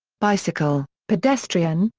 bicycle, pedestrian,